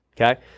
okay